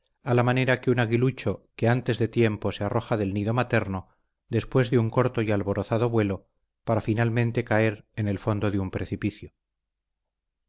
a la manera que un aguilucho que antes de tiempo se arroja del nido materno después de un corto y alborozado vuelo para finalmente caer en el fondo de un precipicio